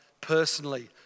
personally